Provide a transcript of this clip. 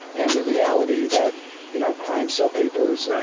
and the reality that you know crimes sell papers.